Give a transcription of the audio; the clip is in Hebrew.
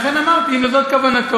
לכן אמרתי שאם זאת הכוונה,